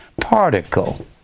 particle